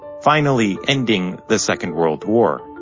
finally ending the second world war.